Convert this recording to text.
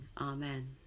Amen